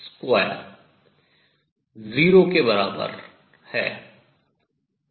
1v22Tt2 0 के बराबर है